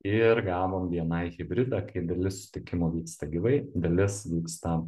ir gavom bni hibridą kai dalis sutikimų vyksta gyvai dalis vyksta